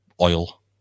Oil